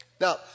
Now